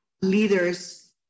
leaders